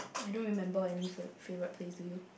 I don't remember any fav~ favourite place do you